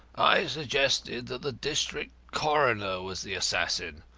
i suggested that the district coroner was the assassin.